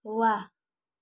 वाह